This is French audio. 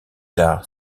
tard